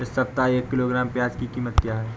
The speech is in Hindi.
इस सप्ताह एक किलोग्राम प्याज की कीमत क्या है?